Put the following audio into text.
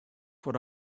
what